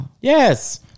Yes